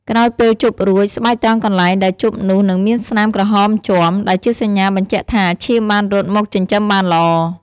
ក្រោយពេលជប់រួច ស្បែកត្រង់កន្លែងដែលជប់នោះនឹងមានស្នាមក្រហមជាំ ដែលជាសញ្ញាបញ្ជាក់ថាឈាមបានរត់មកចិញ្ចឹមបានល្អ។